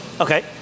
Okay